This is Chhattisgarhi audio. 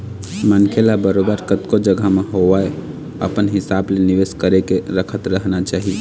मनखे ल बरोबर कतको जघा म होवय अपन हिसाब ले निवेश करके रखत रहना चाही